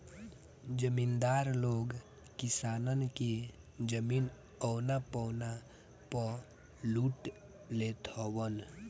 जमीदार लोग किसानन के जमीन औना पौना पअ लूट लेत हवन